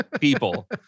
people